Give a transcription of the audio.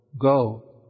go